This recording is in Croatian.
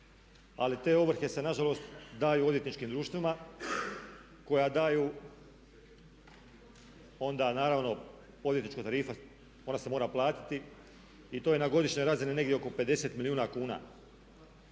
ali te ovrhe se nažalost daju odvjetničkim društvima koja daju onda naravno odvjetnička tarifa ona se mora platiti i to je na godišnjoj razini negdje oko 50 milijuna kuna.